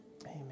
Amen